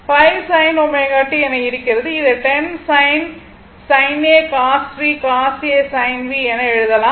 5 sin ω t என இருக்கிறது இதை 10 sin sin a cos v cos a sin V என எழுதலாம்